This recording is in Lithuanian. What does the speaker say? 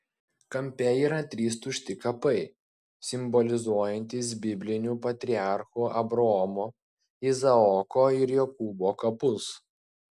kampe yra trys tušti kapai simbolizuojantys biblinių patriarchų abraomo izaoko ir jokūbo kapus